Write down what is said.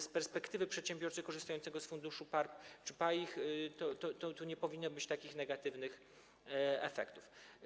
Z perspektywy przedsiębiorcy korzystającego z funduszu PARP czy PAIH nie powinno być takich negatywnych efektów.